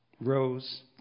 rose